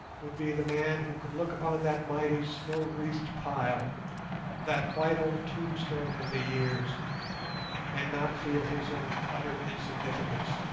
would be the man who could look upon that mighty snow-wreathed pile that white old tombstone of the years and not feel his own utter insignificance,